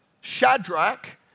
Shadrach